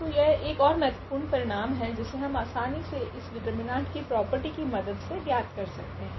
तो यह एक ओर महत्वपूर्ण परिणाम है जिसे हम आसानी से इस डिटर्मिनेंट की प्रॉपर्टि की मदद से ज्ञात कर सकते हैं